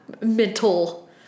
mental